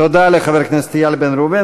תודה לחבר הכנסת איל בן ראובן.